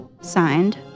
Signed